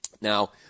Now